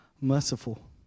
merciful